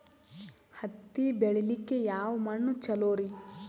ಹತ್ತಿ ಬೆಳಿಲಿಕ್ಕೆ ಯಾವ ಮಣ್ಣು ಚಲೋರಿ?